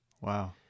Wow